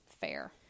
Fair